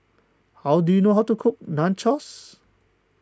how do you know how to cook Nachos